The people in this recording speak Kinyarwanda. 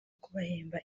kubahemba